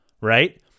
Right